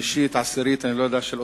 סרט.